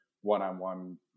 one-on-one